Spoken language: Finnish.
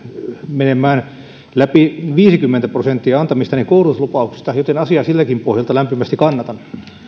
menemään läpi viisikymmentä prosenttia antamistani koulutuslupauksista joten asiaa siltäkin pohjalta lämpimästi kannatan